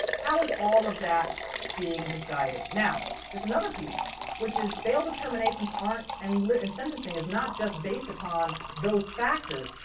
how is all of that being decided? now, there's another piece which is bail determinations aren't, and and sentencing is not just based upon those factors.